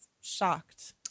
shocked